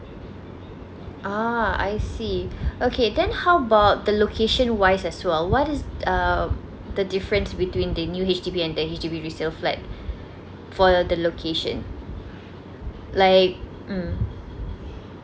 ah I see okay then how about the location wise as well what is um the difference between the new H_D_B and the H_D_B resale flat for the the location like mm